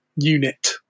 unit